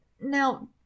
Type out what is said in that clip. Now